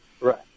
Right